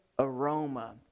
aroma